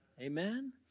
Amen